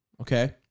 okay